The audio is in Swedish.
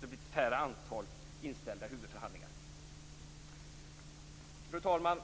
det blir ett lägre antal inställda huvudförhandlingar. Fru talman!